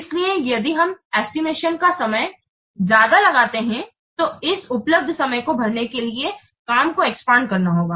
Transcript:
इसलिए यदि हम एस्टिमेशन का समय ज्यादा लगाते है तो इस उपलब्ध समय को भरने के लिए काम को एक्सपैंड करना होगा